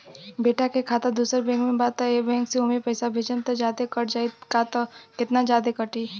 बेटा के खाता दोसर बैंक में बा त ए बैंक से ओमे पैसा भेजम त जादे कट जायी का त केतना जादे कटी?